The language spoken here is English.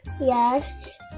Yes